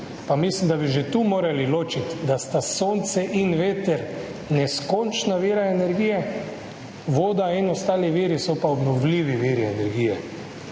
pa mislim, da bi že tu morali ločiti, da sta sonce in veter neskončna vira energije, voda in ostali viri so pa obnovljivi viri energije.